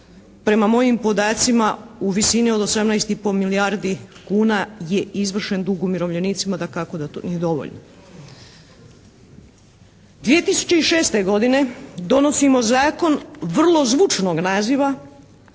prema mojim podacima u visini od 18 i pol milijardi kuna je izvršen dug umirovljenicima, dakako da to nije dovoljno. 2006. godine donosimo zakon vrlo zvučnog naziva